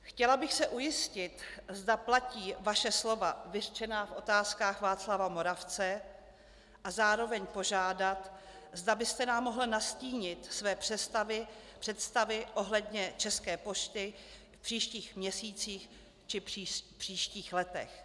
Chtěla bych se ujistit, zda platí vaše slova vyřčená v Otázkách Václava Moravce, a zároveň požádat, zda byste nám mohl nastínit své představy ohledně České pošty v příštích měsících či příštích letech.